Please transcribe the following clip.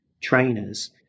trainers